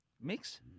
mix